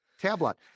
tablet